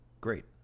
great